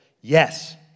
Yes